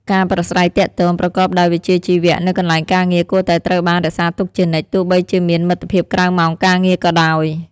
ការប្រាស្រ័យទាក់ទងប្រកបដោយវិជ្ជាជីវៈនៅកន្លែងការងារគួរតែត្រូវបានរក្សាទុកជានិច្ច ទោះបីជាមានមិត្តភាពក្រៅម៉ោងការងារក៏ដោយ។